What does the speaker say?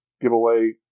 giveaway